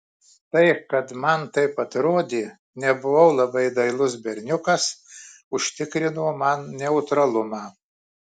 tai kad man taip atrodė nebuvau labai dailus berniukas užtikrino man neutralumą